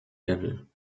level